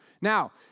Now